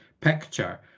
picture